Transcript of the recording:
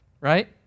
right